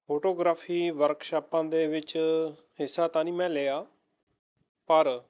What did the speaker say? photography ਵਰਕਸ਼ਾਪਾਂ ਦੇ ਵਿੱਚ ਹਿੱਸਾ ਤਾਂ ਨਹੀਂ ਮੈਂ ਲਿਆ ਪਰ